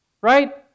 right